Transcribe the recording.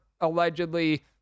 allegedly